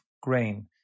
grain